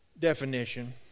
definition